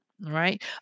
right